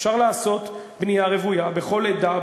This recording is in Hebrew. אפשר לעשות בנייה רוויה בכל עדה,